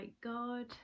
God